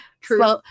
True